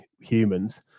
humans